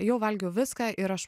jau valgiau viską ir aš